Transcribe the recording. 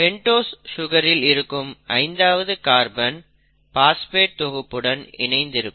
pentose சுகரில் இருக்கும் 5 ஆவது கார்பன் பாஸ்பேட் தொகுப்புடன் இணைந்து இருக்கும்